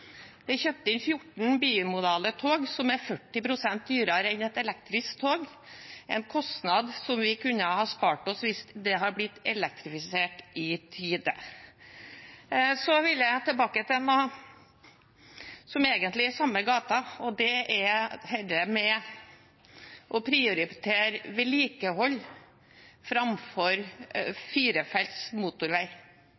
inn 14 bimodale tog som er 40 pst. dyrere enn et elektrisk tog, en kostnad som vi kunne ha spart oss hvis det hadde blitt elektrifisert i tide. Så vil jeg tilbake til noe som egentlig er i samme gate, og det er dette med å prioritere vedlikehold framfor